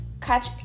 Catch